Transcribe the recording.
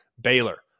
Baylor